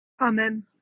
Amen